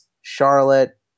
Charlotte